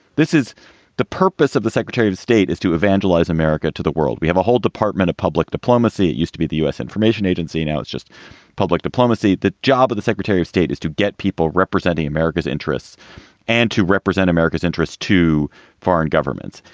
this is the purpose of the secretary of state, is to evangelize america to the world. we have a whole department of public diplomacy. it used to be the u s. information agency. now it's just public diplomacy. the job of the secretary of state is to get people representing america's interests and to represent america's interests to foreign governments.